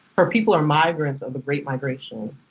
her people are migrants of the great migration,